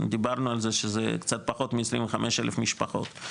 דיברנו על זה שזה קצת פחות מ-25,000 משפחות.